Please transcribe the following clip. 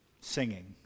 singing